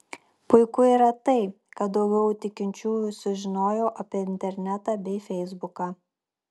puiku yra tai kad daugiau tikinčiųjų sužinojo apie internetą bei feisbuką